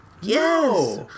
Yes